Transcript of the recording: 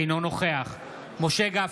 אינו נוכח משה גפני,